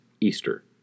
Easter